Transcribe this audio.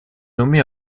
nommée